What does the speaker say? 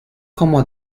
como